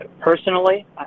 Personally